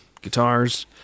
guitars